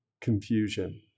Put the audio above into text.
confusion